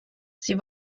sie